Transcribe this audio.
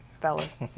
fellas